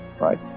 right